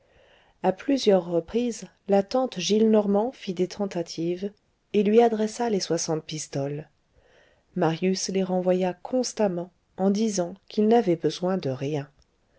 à plusieurs reprises la tante gillenormand fit des tentatives et lui adressa les soixante pistoles marius les renvoya constamment en disant qu'il n'avait besoin de rien